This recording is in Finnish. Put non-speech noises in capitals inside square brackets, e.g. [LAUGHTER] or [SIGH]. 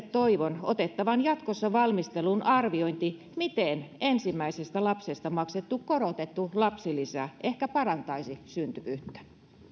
[UNINTELLIGIBLE] toivon jatkossa otettavan valmisteluun arviointi siitä miten ensimmäisestä lapsesta maksettu korotettu lapsilisä ehkä parantaisi syntyvyyttä